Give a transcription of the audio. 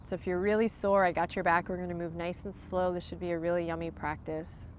so if you're really sore, i got your back. we're gonna move nice and slow. this should be a really yummy practice.